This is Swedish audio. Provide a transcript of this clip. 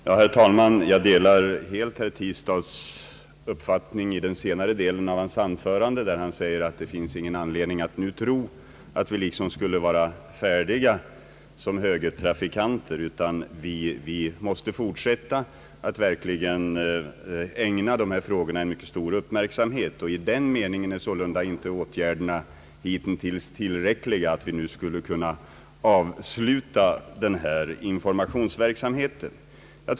Herr talman! Jag delar helt herr Tistads uppfattning i den senare delen av hans anförande, där han säger att det inte finns anledning att tro att vi nu skulle vara färdiga som högertrafikanter. Vi måste fortsätta att verkligen ägna dessa frågor mycket stor uppmärksamhet. I den meningen är sålunda åtgärderna hittills inte tillräckliga, att vi nu skulle kunna avsluta informationsverksamheten.